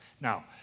Now